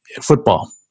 football